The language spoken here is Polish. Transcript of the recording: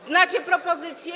Znacie propozycje?